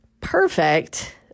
Perfect